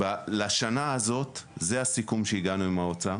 לשנה הזאת, זה הסיכום שהגענו עם האוצר